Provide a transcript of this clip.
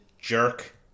jerk